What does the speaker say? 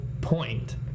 point